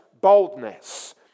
boldness